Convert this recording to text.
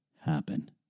happen